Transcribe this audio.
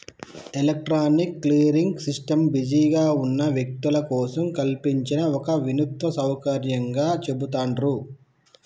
electronic clearing system బిజీగా ఉన్న వ్యక్తుల కోసం కల్పించిన ఒక వినూత్న సౌకర్యంగా చెబుతాండ్రు